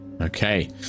Okay